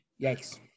Yikes